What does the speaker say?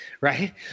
right